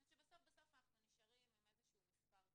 אני חושבת שבסוף אנחנו נשארים עם איזשהו מספר קצה.